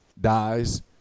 dies